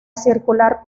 circular